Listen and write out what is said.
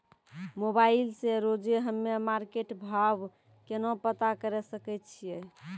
Mobile से रोजे हम्मे मार्केट भाव केना पता करे सकय छियै?